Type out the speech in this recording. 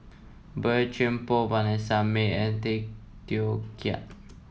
Boey Chuan Poh Vanessa Mae and Tay Teow Kiat